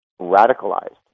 radicalized